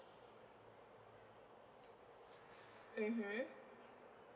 mmhmm